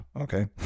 okay